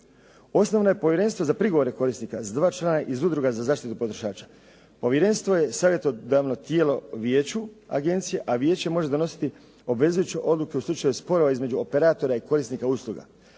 Osnovano je povjerenstvo za prigovore korisnika s dva člana iz udruga za zaštitu potrošača. Povjerenstvo je savjetodavno tijelo vijeću agencije, a vijeće može donositi obvezujuće odluke u slučaju spora između operatora i korisnika usluga.